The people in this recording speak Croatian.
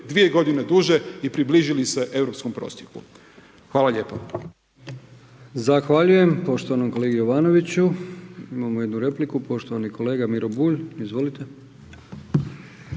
živjeli 2 g. duže i približili se europskom prosjeku. Hvala lijepa. **Brkić, Milijan (HDZ)** Zahvaljujem poštovanom kolegi Jovanoviću. Imamo jednu repliku, poštovani kolega Miro Bulj, izvolite.